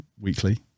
weekly